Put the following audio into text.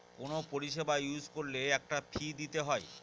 কোনো পরিষেবা ইউজ করলে একটা ফী দিতে হয়